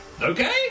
Okay